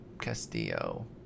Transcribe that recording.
Castillo